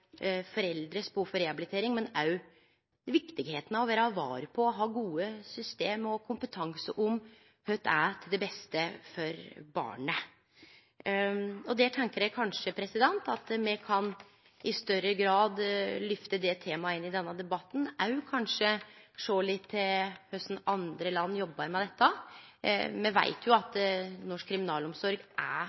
foreldre sine behov for rehabilitering. Ein må òg fokusere på at det er viktig å vere var på og ha gode system og kompetanse på kva som er det beste for barnet. Der tenkjer eg at me kanskje i større grad kan løfte det temaet inn i denne debatten og kanskje sjå litt på korleis andre land jobbar med dette. Me veit at norsk kriminalomsorg er